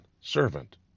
servant